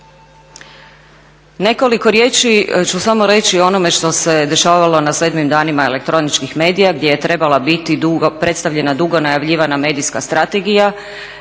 Nekoliko riječi ću samo reći o onome što se dešavalo na 7. danima elektroničkih medija gdje je trebala biti predstavljena dugo najavljivana Medijska strategija,